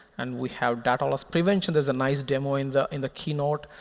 and we have data loss prevention. there's a nice demo in the in the keynote.